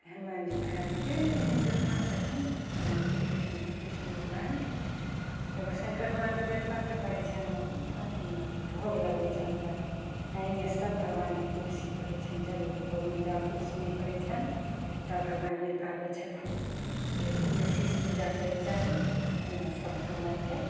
हनुमानजी महराजके एहन एहन जेतना छथिन रामजी कृष्ण जी विष्णु भगवान एगो शंकर भगवानके बेलपत्र पड़य छनि अथीमे भोग लगबय छनि तऽ आओर एने सब भगवानके तुलसी पड़य छनि जरूर भोगमे जाबे तुलसी नहि पड़य छनि तब भगवान नहि पाबय छथिन ओइ लए तुलसीसँ पूजा करयके चाही ओना सब भगवानके